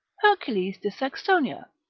hercules de saxonia,